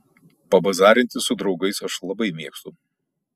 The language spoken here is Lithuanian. pabazarinti su draugais aš labai mėgstu